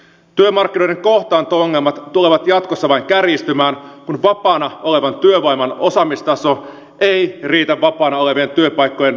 työmarkkinoiden kohtaanto ongelmat tulevat jatkossa vain kärjistymään kun vapaana olevan työvoiman osaamistaso ei riitä vapaana olevien työpaikkojen osaamisvaatimuksiin